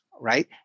Right